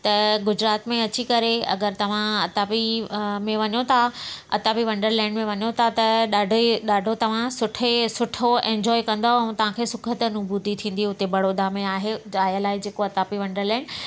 त गुजरात में अची करे अगरि तव्हां अताबी में वञो था अताबी वंडरलैंड में वञो था त ॾाढे ॾाढो तव्हां सुठे सुठो ऐन्जॉय कंदव ऐं तव्हांखे सुखद अनुभूति थींदी हुते बड़ोदा में आहे ठाहियल आहे जेको अतापी वंडरलैंड